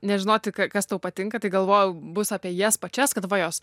nežinoti ka kas tau patinka tai galvojau bus apie jas pačias kad va jos